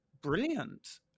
brilliant